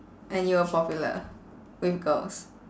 and you were popular with girls